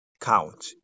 count